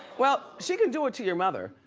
well she can do it to your mother.